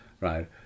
right